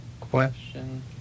question